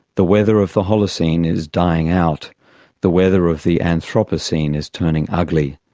the weather of the holocene is dying out the weather of the anthropocene is turning ugly.